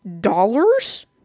dollars